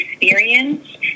experience